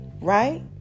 Right